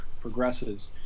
progresses